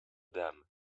dame